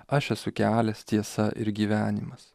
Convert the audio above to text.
aš esu kelias tiesa ir gyvenimas